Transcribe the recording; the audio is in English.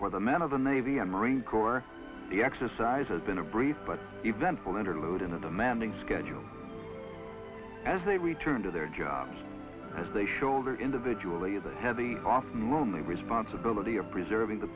for the men of the navy and marine corps the exercise has been a brief but eventful interlude in a demanding schedule as they return to their jobs as they shoulder individually the heavy often lonely responsibility of preserving the